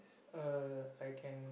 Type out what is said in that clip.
uh I can